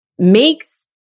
makes